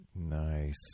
Nice